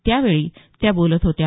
यावेळी त्या बोलत होत्या